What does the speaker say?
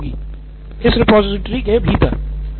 नितिन कुरियन इस रिपॉजिटरी के भीतर